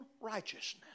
righteousness